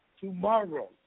tomorrow